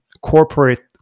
corporate